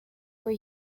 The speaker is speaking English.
were